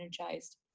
energized